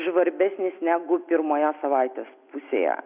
žvarbesnis negu pirmoje savaitės pusėje